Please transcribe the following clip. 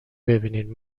ببینین